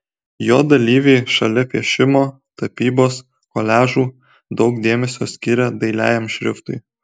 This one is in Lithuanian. jo dalyviai šalia piešimo tapybos koliažų daug dėmesio skiria dailiajam šriftui